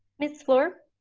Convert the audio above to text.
miss fluor.